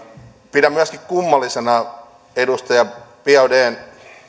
pidän myöskin kummallisena edustaja biaudetn